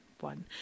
one